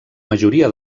majoria